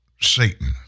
Satan